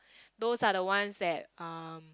those are the ones that um